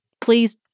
Please